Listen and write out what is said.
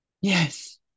Yes